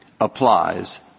applies